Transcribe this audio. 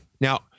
Now